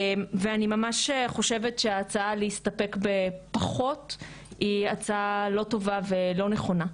ואני ממש חושבת שההצעה להסתפק בפחות היא הצעה לא טובה ולא נכונה.